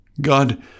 God